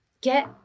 get